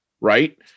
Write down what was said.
right